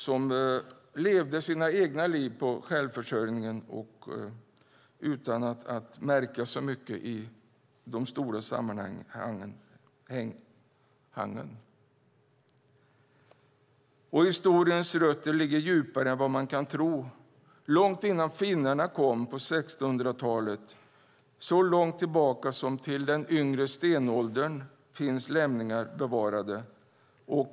Man levde sina egna liv genom självförsörjning, utan att märkas så mycket i de stora sammanhangen. Historiens rötter ligger djupare än man kan tro. Långt innan finnarna kom på 1600-talet, så långt tillbaka som till den yngre stenåldern finns lämningar bevarade.